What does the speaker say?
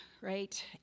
right